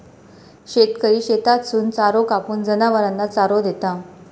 शेतकरी शेतातसून चारो कापून, जनावरांना चारो देता